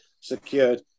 secured